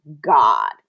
God